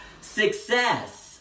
Success